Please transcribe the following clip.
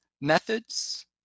methods